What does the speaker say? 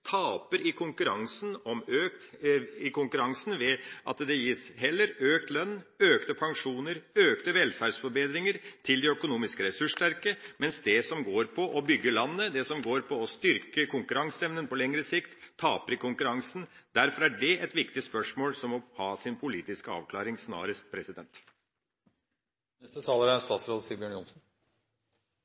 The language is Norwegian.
taper i konkurransen ved at det heller gis økt lønn, økte pensjoner, økte velferdsforbedringer til de økonomisk ressurssterke, mens det som går på å bygge landet, det som går på å styrke konkurranseevnen på lengre sikt, taper i konkurransen. Derfor er det et viktig spørsmål, som må ha sin politiske avklaring snarest. Det er